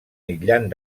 aïllant